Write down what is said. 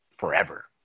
forever